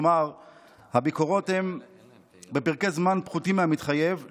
כלומר הביקורות הן בפרקי זמן פחותים מהמתחייב,